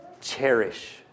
Cherish